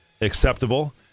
acceptable